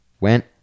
Went